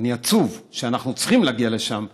אני עצוב שאנחנו צריכים להגיע לשם,